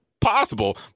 possible